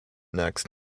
next